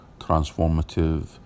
transformative